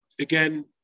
again